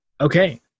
Okay